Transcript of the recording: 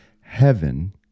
heaven